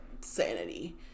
sanity